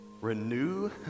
renew